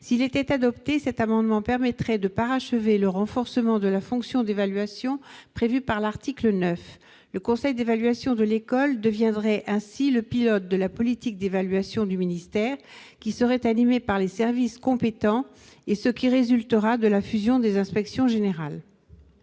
S'il était adopté, cet amendement permettrait de parachever le renforcement de la fonction d'évaluation prévue par l'article 9. Le conseil d'évaluation de l'école deviendrait ainsi le pilote de la politique d'évaluation du ministère, laquelle serait animée par les services compétents et par ce qui résultera de la fusion des inspections générales.